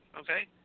okay